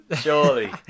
surely